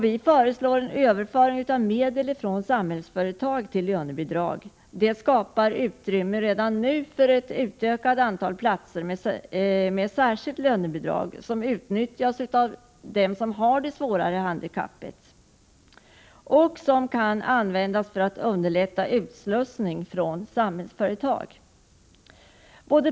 Vi föreslår en överföring av medel från Samhällsföretag till lönebidrag. Det skapar utrymme redan nu för ett utökat antal platser med särskilt lönebidrag som utnyttjas av dem som har ett svårare handikapp och som kan användas för att underlätta utslussningen från Samhällsföretag.